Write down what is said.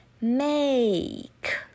make